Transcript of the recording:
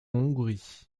hongrie